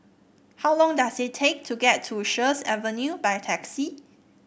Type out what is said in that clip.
how long does it take to get to Sheares Avenue by taxi